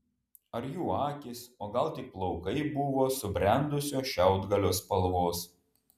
ar jų akys o gal tik plaukai buvo subrendusio šiaudgalio spalvos